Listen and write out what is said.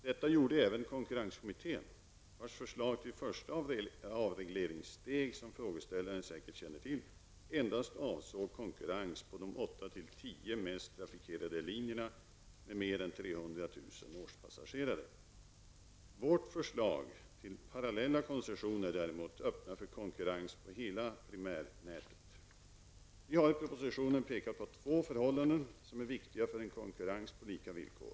Detta gjorde även konkurrenskommittén, vars förslag till första avregleringssteg som frågeställaren säkert känner till endast avsåg konkurrens på de 8--10 mest trafikerade linjerna med mer än 300 000 årspassagerare. Däremot har vårt förslag till parallella koncessioner öppnat för konkurrens på hela primärnätet. Vi har i propositionen pekat på två förhållanden som är viktiga för en konkurrens på lika villkor.